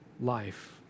life